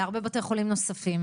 להרבה בתי חולים נוספים,